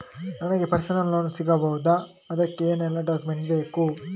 ನನಗೆ personal loan ಸಿಗಬಹುದ ಅದಕ್ಕೆ ಏನೆಲ್ಲ ಡಾಕ್ಯುಮೆಂಟ್ ಬೇಕು?